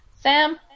Sam